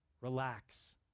Relax